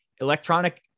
electronic